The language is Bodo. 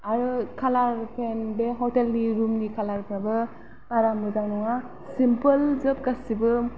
आरो कालार पेइन्ट बे हटेलनि रुमनि खालारफ्राबो बारा मोजां नङा सिम्पोलजोब गासैबो